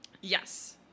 Yes